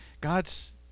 God's